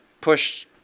push